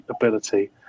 ability